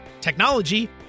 technology